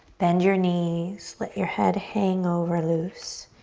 bend your knees, let your head hang over loose.